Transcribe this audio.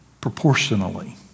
proportionally